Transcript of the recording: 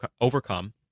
overcome